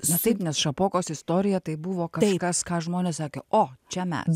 na taip nes šapokos istorija tai buvo kažkas ką žmonės sakė o čia mes